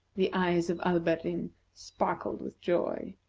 the eyes of alberdin sparkled with joy.